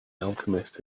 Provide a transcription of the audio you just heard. alchemist